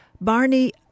Barney